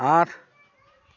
আঠ